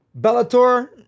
Bellator